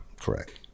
Correct